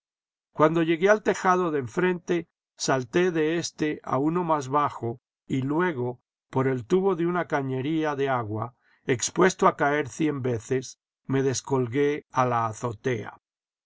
cuando llegué al tejado de enfrente salté de éste a uno más bajo y luego por el tubo de una cañería de agua expuesto a caer cien veces me descolgué a la azotea